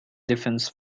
defence